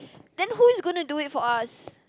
then who is going to do it for us